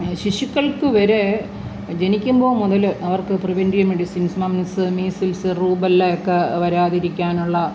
ശിശുക്കൾക്ക് വരെ ജനിക്കുമ്പോൾ മുതൽ അവർക്ക് preventive medicines mumps measles rubella ഒക്കെ വരാതിരിക്കാൻ ഉള്ള